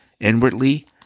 inwardly